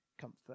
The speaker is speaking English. Comfort